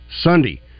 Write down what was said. sunday